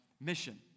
mission